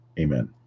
Amen